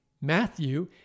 Matthew